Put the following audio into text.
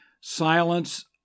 silence